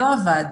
לא עבד.